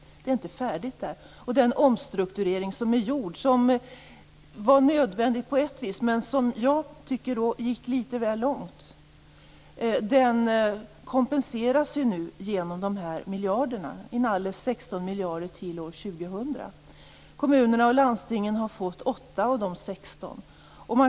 Det är inte färdigt där. Den nödvändiga omstruktureringen, men som jag tycker gick litet väl långt, kompenseras genom dessa inalles 16 miljarder fram till år 2000. Kommunerna och landstingen har fått 8 av de 16.